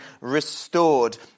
restored